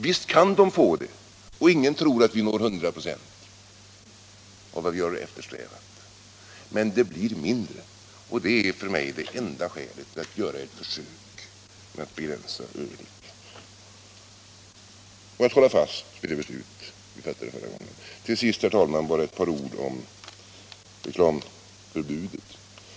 Visst kan de få det, och ingen tror att vi till 100 96 uppnår det mål vi eftersträvar, men det blir en mindre konsumtion och det är, enligt min mening, det enda skälet till att vi bör göra ett försök med en begränsning i fråga om ölet och hålla fast vid det beslut som vi fattade förra gången. Sedan, herr talman, bara några ord om reklamförbudet.